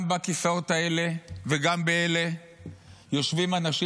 גם בכיסאות האלה וגם באלה יושבים אנשים